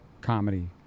comedy